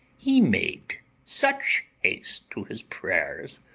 he made such haste to his prayers,